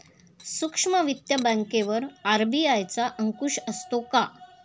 सूक्ष्म वित्त बँकेवर आर.बी.आय चा अंकुश असतो का?